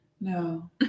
No